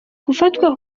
gufatwa